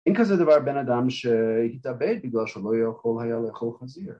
‫אין כזה דבר בן אדם שהתאבד ‫בגלל שלא היה יכול היה לאכול חזיר.